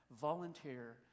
volunteer